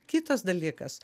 kitas dalykas